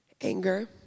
Anger